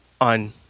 on